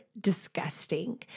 disgusting